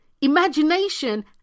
imagination